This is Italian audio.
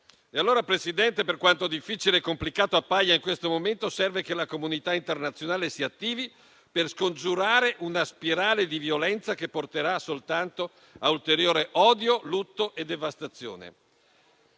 E allora, Presidente, per quanto difficile e complicato appaia in questo momento, serve che la comunità internazionale si attivi per scongiurare una spirale di violenza che porterà soltanto a ulteriore odio, lutto e devastazione.